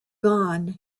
gone